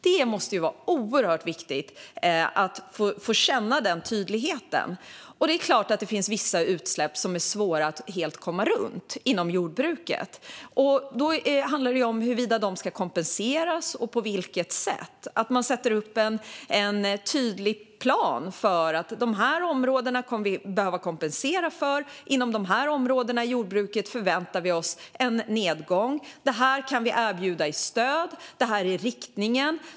Det måste vara oerhört viktigt att få känna den tydligheten. Det är klart att det finns vissa utsläpp inom jordbruket som det är svårt att helt komma runt. Då handlar det om huruvida detta ska kompenseras och på vilket sätt. Man behöver sätta upp en tydlig plan för vilka områden vi kommer att behöva kompensera för, inom vilka områden i jordbruket vi förväntar oss en nedgång, vad vi kan erbjuda i stöd, vad riktningen är och hur vi kan samordna.